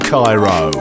Cairo